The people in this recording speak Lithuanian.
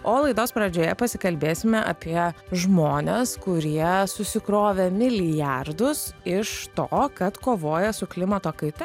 o laidos pradžioje pasikalbėsime apie žmones kurie susikrovė milijardus iš to kad kovoja su klimato kaita